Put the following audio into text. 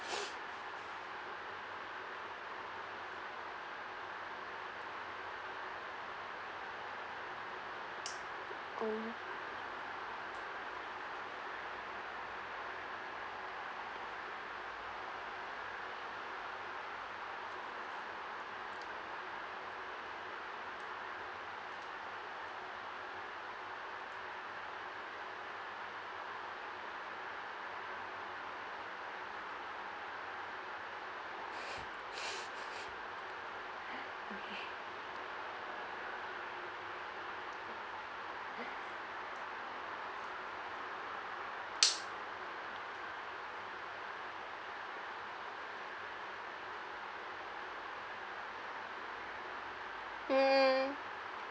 mm